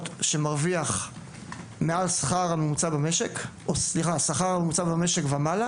שמרוויח מעל שכר הממוצע במשק ומעלה.